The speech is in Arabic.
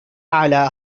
على